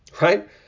right